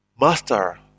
Master